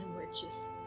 witches